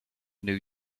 new